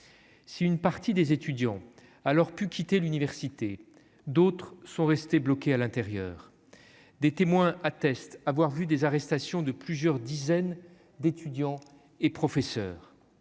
si une partie des étudiants alors pu quitter l'université, d'autres sont restés bloqués à l'intérieur des témoins attestent avoir vu des arrestations de plusieurs dizaines d'étudiants et professeurs